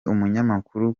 umunyamakuru